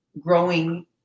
growing-